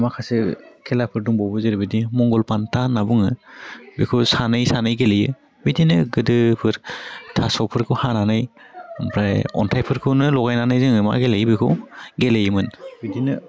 माखासे खेलाफोर दंबावो जेरैबायदि मंगल फान्था होन्ना बुङो बेखौ सानै सानै गेलेयो बिदिनो गोदोफोर थास'फोरखौ हानानै ओमफ्राय अन्थाइफोरखौनो लगायनानै जोङो मा गेलेयो बेखौ गेलेयोमोन बिदिनो